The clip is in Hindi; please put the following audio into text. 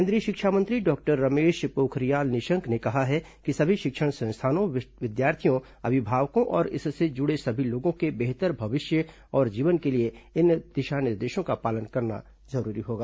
केंद्रीय शिक्षा मंत्री डॉक्टर रमेश पोखरियाल निशंक ने कहा है कि सभी शिक्षण संस्थानों विद्यार्थियों अभिभावकों और इससे जुड़े सभी लोगों के बेहतर भविष्य और जीवन के लिए इन दिशा निर्देशों का पालन करना जरूरी होगा